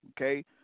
okay